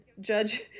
Judge